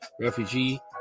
refugee